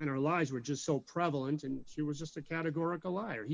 and our allies were just so prevalent and he was just a categor